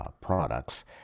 products